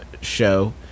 show